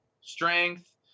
strength